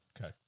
Okay